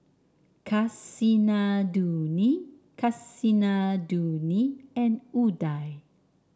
Kasinadhuni Kasinadhuni and Udai